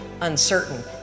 uncertain